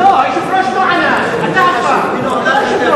לא, היושב-ראש לא ענה, אתה השר, אתה היושב-ראש.